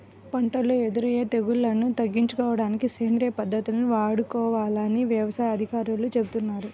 పంటల్లో ఎదురయ్యే తెగుల్లను తగ్గించుకోడానికి సేంద్రియ పద్దతుల్ని వాడుకోవాలని యవసాయ అధికారులు చెబుతున్నారు